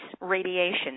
radiation